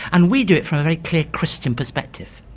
and we do it from a very clear christian perspective.